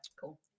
Cool